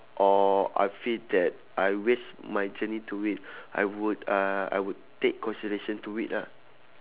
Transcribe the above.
or I feel that I waste my journey to it I would uh I would take consideration to it lah